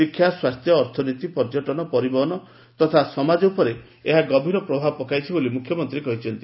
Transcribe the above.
ଶିକ୍ଷା ସ୍ୱାସ୍ଥ୍ୟ ଅର୍ଥନୀତି ପର୍ଯ୍ୟଟନ ପରିବହନ ତଥା ସମାଜ ଉପରେ ଏହା ଗଭୀର ପ୍ରଭାବ ପକାଇଛି ବୋଲି ମୁଖ୍ୟମନ୍ତୀ କହିଛନ୍ତି